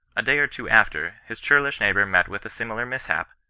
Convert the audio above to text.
a day or two after, his churlish neighbour met with a similar mishap.